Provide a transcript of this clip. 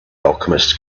alchemist